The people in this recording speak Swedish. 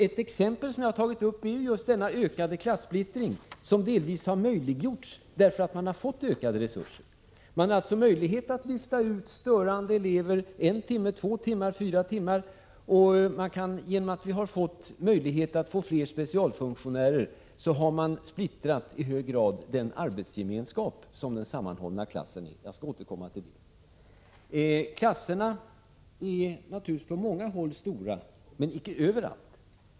Ett exempel som jag har tagit upp är den ökade klassplittring som delvis har möjliggjorts av att skolan fått ökade resurser. Man har möjlighet att lyfta ut störande elever en timme, två timmar, fyra timmar. Genom att det har skapats möjlighet att få fler specialfunktionärer har man i hög grad splittrat den arbetsgemenskap som den sammanhållna klassen är. Jag skall återkomma till det. Klasserna är på många håll stora men icke överallt.